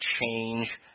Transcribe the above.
change